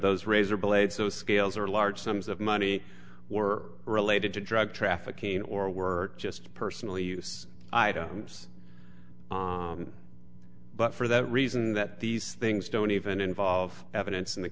those razorblades those scales are large sums of money were related to drug trafficking or were just personal use items but for that reason that these things don't even involve evidence in the